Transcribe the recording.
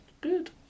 Good